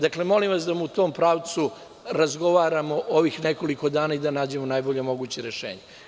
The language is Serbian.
Dakle, molim vas da u tom pravcu razgovaramo ovih nekoliko dana i da nađemo najbolje moguće rešenje.